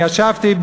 אני ישבתי,